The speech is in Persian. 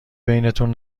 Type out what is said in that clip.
بینتون